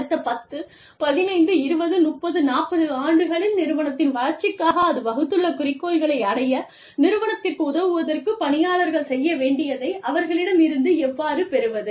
அடுத்த 10 15 20 30 40 ஆண்டுகளில் நிறுவனத்தின் வளர்ச்சிக்காக அது வகுத்துள்ள குறிக்கோள்களை அடைய நிறுவனத்திற்கு உதவுவதற்கு பணியாளர்கள் செய்ய வேண்டியதை அவர்களிடம் இருந்து எவ்வாறு பெறுவது